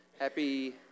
Happy